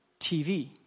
TV